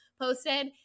posted